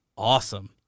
awesome